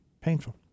Painful